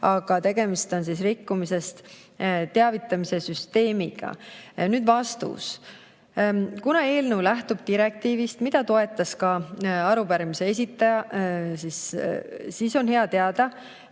aga tegemist on siiski rikkumisest teavitamise süsteemiga. Nüüd vastus. Kuna eelnõu lähtub direktiivist, mida toetas ka arupärimise esitaja, siis on hea teada,